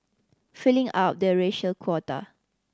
filling up the racial quota